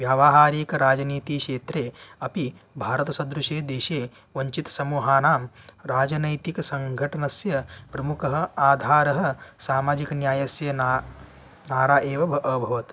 व्यावहारीक राजनीतिक्षेत्रे अपि भारतसदृशे देशे वञ्चित समूहानां राजनैतिकसङ्घटनस्य प्रमुखः आधारः सामाजिकन्यायस्य ना नारा एव भ अभवत्